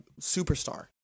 superstar